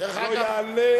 לא יעלה,